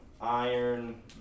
iron